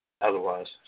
Otherwise